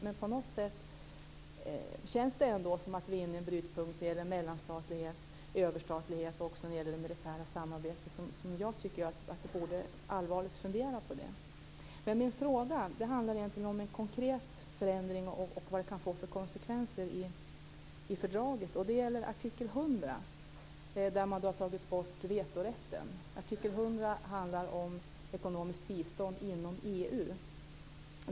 Men på något sätt känns det ändå som att vi är inne i en brytpunkt när det gäller mellanstatlighet och överstatlighet, och också när det gäller det militära samarbetet. Jag tycker att vi allvarligt borde fundera på det. Min fråga handlar egentligen om en konkret förändring i fördraget och vad den kan få för konsekvenser. Det gäller artikel 100, där man har tagit bort vetorätten. Artikel 100 handlar om ekonomiskt bistånd inom EU.